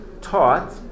taught